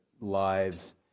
lives